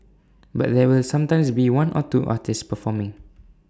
but there will sometimes be one or two artists performing